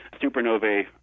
supernovae